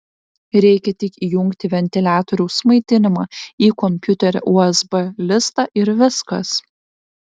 reikia tik įjungti ventiliatoriaus maitinimą į kompiuterio usb lizdą ir viskas